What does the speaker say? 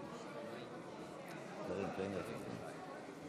רבותיי חברי